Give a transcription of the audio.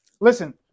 Listen